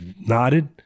nodded